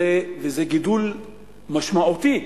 זה גידול משמעותי.